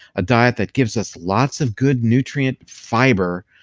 a diet that gives us lots of good nutrient fiber,